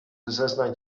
zeznań